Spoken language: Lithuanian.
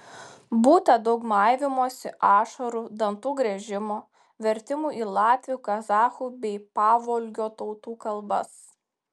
būta daug maivymosi ašarų dantų griežimo vertimų į latvių kazachų bei pavolgio tautų kalbas